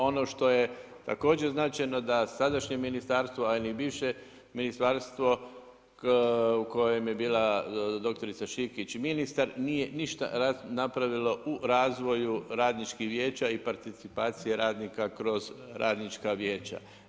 Ono što je također značajno da sadašnje ministarstvo a ini bivše ministarstvo u kojem je bila doktorica Šikić ministar, nije ništa napravilo u razvoju radničkih vijeća i participacije radnika kroz radnička vijeća.